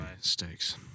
stakes